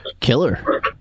Killer